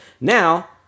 Now